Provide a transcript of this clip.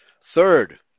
Third